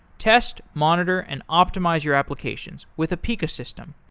test, monitor and optimize your applications with apica system.